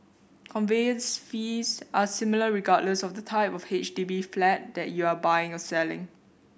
conveyance fees are similar regardless of the type of H D B flat that you are buying or selling